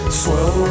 swell